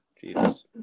Jesus